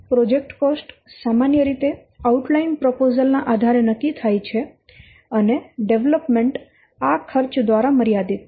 તેથી project cost સામાન્ય રીતે આઉટલાઈન પ્રોપોસલ ના આધારે નક્કી થાય છે અને ડેવલપમેન્ટ આ ખર્ચ દ્વારા મર્યાદિત છે